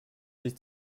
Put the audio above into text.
sich